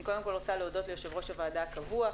אני קודם כל רוצה להודות ליו"ר הוועדה הקבוע,